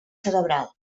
cerebral